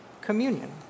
communion